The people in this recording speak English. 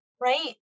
right